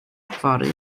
fory